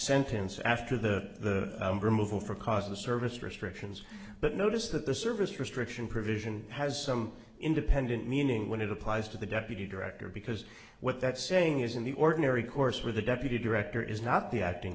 sentence after the removal for cause of the service restrictions but notice that the service restriction provision has some independent meaning when it applies to the deputy director because what that saying is in the ordinary course with the deputy director is not the acting